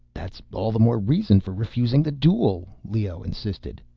that's all the more reason for refusing the duel, leoh insisted.